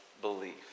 belief